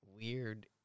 weird